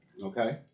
Okay